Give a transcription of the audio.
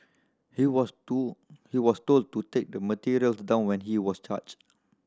he was to he was told to take the materials down when he was charged